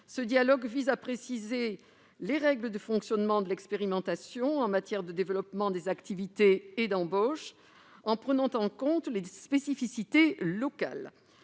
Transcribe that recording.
Ce dialogue vise à préciser les règles de fonctionnement de l'expérimentation en matière de développement des activités et d'embauche, en prenant en compte les spécificités locales.